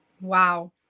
Wow